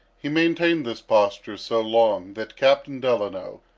he maintained this posture so long, that captain delano,